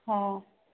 ହଁ